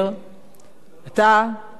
אתה הולך לחנות ספרים,